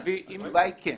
התשובה היא כן.